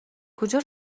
کجا